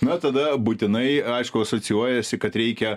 na tada būtinai aišku asocijuojasi kad reikia